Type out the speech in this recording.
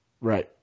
Right